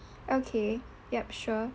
okay yup sure